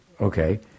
Okay